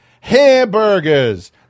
hamburgers